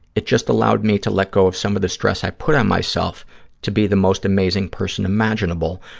it just allowed me to let go of some of the stress i put on myself to be the most amazing person imaginable.